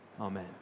Amen